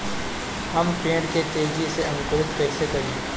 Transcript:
हम पेड़ के तेजी से अंकुरित कईसे करि?